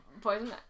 Poison